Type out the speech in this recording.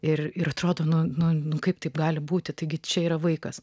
ir ir atrodo nu nu kaip taip gali būti taigi čia yra vaikas